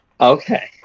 okay